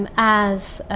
um as,